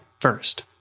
first